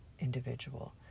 individual